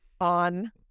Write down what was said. on